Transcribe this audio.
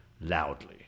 loudly